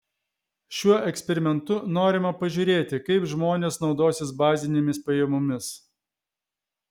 šiuo eksperimentu norima pažiūrėti kaip žmonės naudosis bazinėmis pajamomis